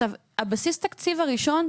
הבסיס תקציב הראשון,